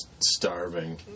starving